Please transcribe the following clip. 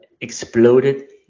exploded